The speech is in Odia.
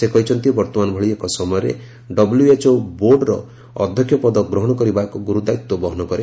ସେ କହିଛନ୍ତି ବର୍ତ୍ତମାନ ଭଳି ଏକ ସମୟରେ ଡବ୍ଲ୍ଏଚ୍ଓ ବୋର୍ଡର ଅଧ୍ୟକ୍ଷ ପଦ ଗ୍ରହଣ କରିବା ଏକ ଗୁରୁ ଦାୟିତ୍ୱ ବହନ କରେ